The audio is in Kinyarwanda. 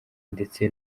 ndetse